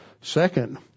Second